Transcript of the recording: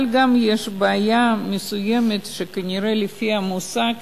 אבל גם יש בעיה מסוימת שכנראה, לפי המושג,